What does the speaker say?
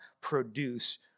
produce